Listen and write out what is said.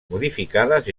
modificades